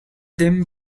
them